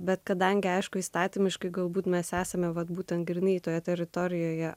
bet kadangi aišku įstatymiškai galbūt mes esame vat būtent grynai toje teritorijoje